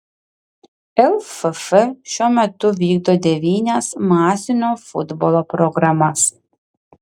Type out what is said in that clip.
lff šiuo metu vykdo devynias masinio futbolo programas